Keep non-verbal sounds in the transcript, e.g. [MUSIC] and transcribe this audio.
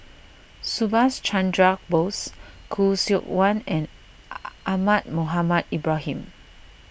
Subhas Chandra Bose Khoo Seok Wan and [HESITATION] Ahmad Mohamed Ibrahim